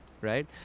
right